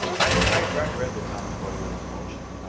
i've read read the town of fort erie's motion,